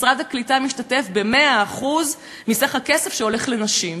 משרד הקליטה משתתף ב-100% הכסף שהולך לנשים.